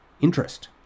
Interest